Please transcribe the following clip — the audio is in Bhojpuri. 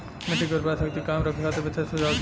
मिट्टी के उर्वरा शक्ति कायम रखे खातिर विशेष सुझाव दी?